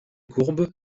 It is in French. courbes